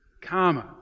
karma